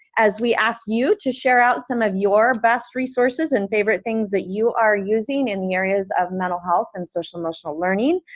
as we ask you to share out some of your best resources and favorite things that you are using in the areas of mental health and social-emotional learning.